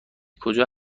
کجا